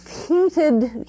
heated